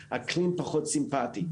עם אקלים פחות סימפטי,